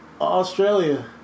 Australia